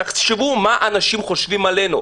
תחשבו מה אנשים חושבים עלינו.